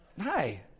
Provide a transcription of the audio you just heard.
hi